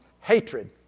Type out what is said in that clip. hatred